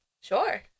Sure